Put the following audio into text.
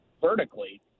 vertically